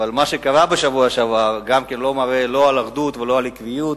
אבל מה שקרה בשבוע שעבר מראה לא על אחידות ולא על עקביות.